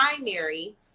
primary